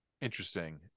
interesting